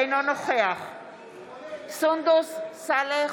אינו נוכח סונדוס סאלח,